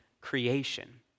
creation